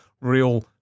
real